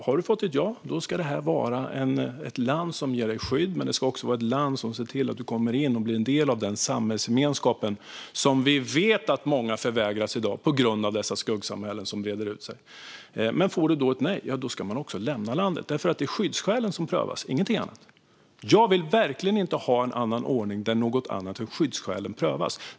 Har du fått ett ja ska detta vara ett land som ger dig skydd, men det ska också vara ett land som ser till att du blir en del av den samhällsgemenskap som vi vet att många i dag förvägras på grund av de skuggsamhällen som breder ut sig. Men får du ett nej ska du lämna landet. Det är nämligen skyddsskälen som prövas, ingenting annat. Jag vill verkligen inte ha en annan ordning, där något annat än skyddsskälen prövas.